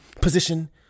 position